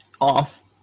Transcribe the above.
off